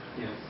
Yes